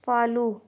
follow